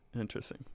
interesting